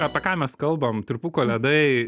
apie ką mes kalbam tirpuko ledai